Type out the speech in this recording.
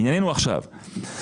לענייננו עכשיו.